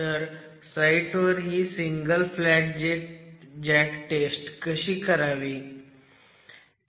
तर साईटवर ही सिंगल फ्लॅट जॅक टेस्ट कशी करावी